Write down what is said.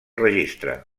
registre